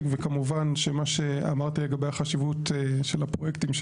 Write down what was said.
וכמובן שמה שאמרתי לגבי החשיבות של הפרויקטים,